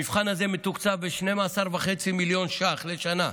המבחן הזה מתוקצב ב-12.5 מיליון ש"ח לשנה.